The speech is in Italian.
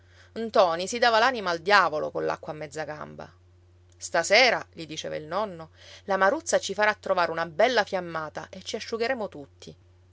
vecchio ntoni si dava l'anima al diavolo coll'acqua a mezza gamba stasera gli diceva il nonno la maruzza ci farà trovare una bella fiammata e ci asciugheremo tutti